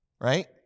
right